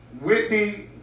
Whitney